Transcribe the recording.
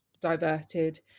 diverted